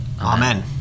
Amen